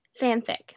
Fanfic